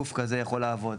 גוף כזה יכול לעבוד